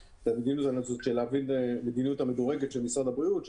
צריך להבין את המדיניות המדורגת של משרד הבריאות,